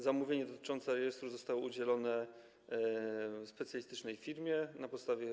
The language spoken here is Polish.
Zamówienie dotyczące rejestru już zostało udzielone specjalistycznej firmie na podstawie